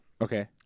Okay